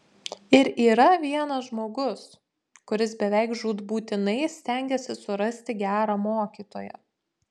ir yra vienas žmogus kuris beveik žūtbūtinai stengiasi surasti gerą mokytoją